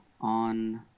on